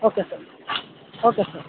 okay sir okay sir